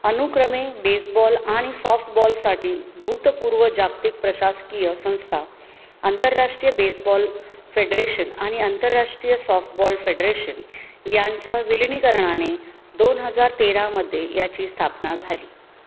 अनुक्रमे बेसबॉल आणि सॉफ्टबॉलसाठी भूतपूर्व जागतिक प्रशासकीय संस्था आंतरराष्ट्रीय बेसबॉल फेडरेशन आणि आंतरराष्ट्रीय सॉफ्टबॉल फेडरेशन यांच्या विलिनीकरणाने दोन हजार तेरामध्ये याची स्थापना झाली